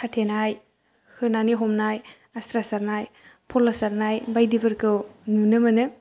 साथेनाय होनानै हमनाय आस्रा सारनाय फल' सारनाय बायदिफोरखौ नुनो मोनो